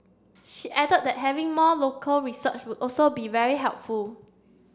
she added that having more local research would also be very helpful